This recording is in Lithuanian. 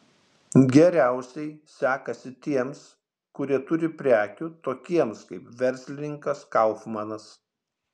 geriausiai sekasi tiems kurie turi prekių tokiems kaip verslininkas kaufmanas